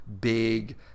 big